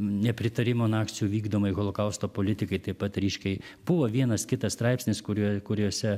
nepritarimo nacių vykdomai holokausto politikai taip pat ryškiai buvo vienas kitas straipsnis kuriuo kuriose